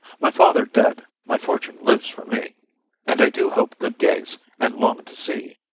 my father dead, my fortune lives for me and i do hope good days and long to see.